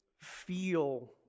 feel